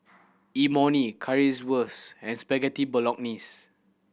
Imoni Currywurst and Spaghetti Bolognese